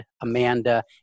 Amanda